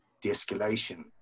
de-escalation